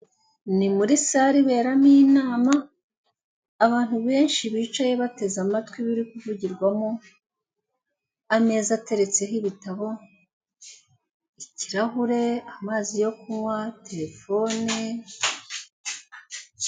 Ni muri sare iberamo inama, abantu benshi bicaye bateze amatwi ibiri kuvugirwamo, ameza ateretseho ibitabo, ikirahure, amazi yo kunywa, telefone,...